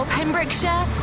Pembrokeshire